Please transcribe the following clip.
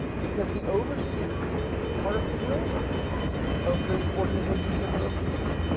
because the overseers are afraid of the organizations that they're overseeing.